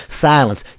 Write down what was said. Silence